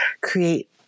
create